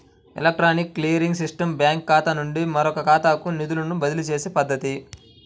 electronic clearing system బ్యాంకుఖాతా నుండి మరొకఖాతాకు నిధులను బదిలీచేసే పద్ధతి